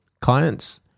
clients